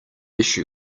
issue